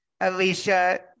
Alicia